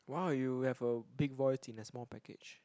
wow you have a big boy voice in a small package